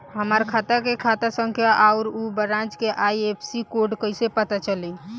हमार खाता के खाता संख्या आउर ए ब्रांच के आई.एफ.एस.सी कोड कैसे पता चली?